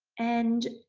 and,